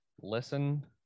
listen